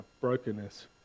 brokenness